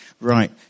right